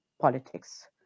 politics